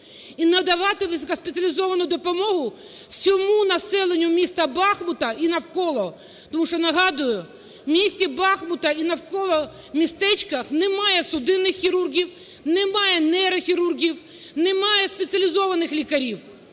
і надавати високоспеціалізовану допомогу всьому населенню міста Бахмута і навколо, тому що, нагадую, в місті Бахмут і навколо містечка немає судинних хірургів, немає нейрохірургів, немає спеціалізованих лікарів.